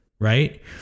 right